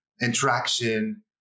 interaction